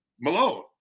Malone